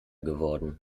geworden